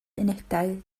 unedau